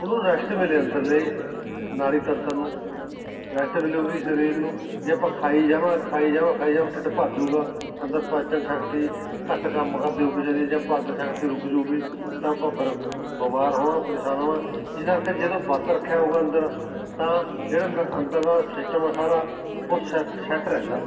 ਉਹਨੂੰ ਰੈਸਟ ਮਿਲੇ ਅੰਦਰਲੇ ਨਾਲੀ ਤੰਤਰ ਨੂੰ ਰੈਸਟ ਮਿਲੂਗੀ ਸਰੀਰ ਨੂੰ ਜੇ ਆਪਾਂ ਖਾਈ ਜਾਵਾ ਖਾਈ ਜਾਵਾ ਖਾਈ ਜਾਵਾ ਢਿੱਡ ਭਰਜੂਗਾ ਅੰਦਰ ਪਾਚਣ ਸ਼ਕਤੀ ਘੱਟ ਕੰਮ ਕਰਦੀ ਹੋਊ ਕਿਸੇ ਦੀ ਜਾਂ ਪਾਚਣ ਸ਼ਕਤੀ ਰੁੱਕ ਜੂਗੀ ਤਾਂ ਆਪਾਂ ਫਿਰ ਬਿਮਾਰ ਹੋਵਾਂਗੇ ਪਰੇਸ਼ਾਨ ਹੋਵਾਂ ਇਸ ਕਰਕੇ ਜਦੋਂ ਵਰਤ ਰੱਖਿਆ ਹੋਊਗਾ ਅੰਦਰ ਤਾਂ ਜਿਹੜਾ ਅੰ ਅੰਦਰਲਾ ਸਿਸਟਮ ਆ ਸਾਰਾ ਉਹ ਸੈਟ ਸੈੱਟ ਰਹਿੰਦਾ